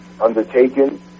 undertaken